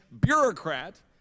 bureaucrat